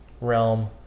realm